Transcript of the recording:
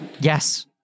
Yes